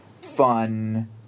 fun